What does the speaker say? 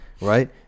right